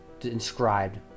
inscribed